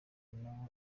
nawe